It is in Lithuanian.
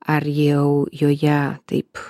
ar jau joje taip